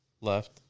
left